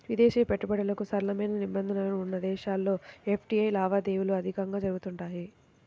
విదేశీ పెట్టుబడులకు సరళమైన నిబంధనలు ఉన్న దేశాల్లో ఎఫ్డీఐ లావాదేవీలు అధికంగా జరుగుతుంటాయి